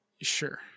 Sure